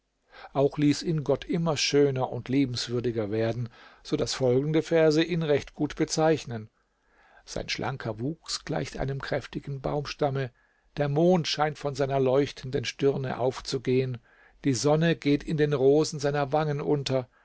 auch ließ ihn gott immer schöner und liebenswürdiger werden so daß folgende verse ihn recht gut bezeichnen sein schlanker wuchs gleicht einem kräftigen baumstamme der mond scheint von seiner leuchtenden stirne aufzugehen die sonne geht in den rosen seiner wangen unter